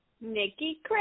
Nikki